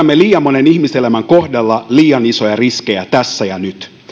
me otamme liian monen ihmiselämän kohdalla liian isoja riskejä tässä ja nyt